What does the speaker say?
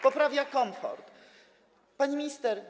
Poprawia komfort. Pani Minister!